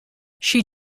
she